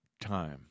time